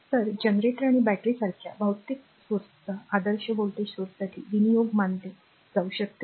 तर जनरेटर आणि बॅटरी सारख्या भौतिक स्त्रोतांना आदर्श व्होल्टेज स्त्रोतांसाठी विनियोग मानले जाऊ शकते